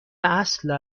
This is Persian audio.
اصل